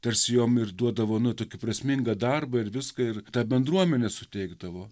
tarsi jom ir duodavo nu tokį prasmingą darbą ir viską ir ta bendruomenė suteikdavo